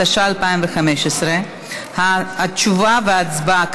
התשע"ה 2015. כרגע יהיו רק התשובה וההצבעה,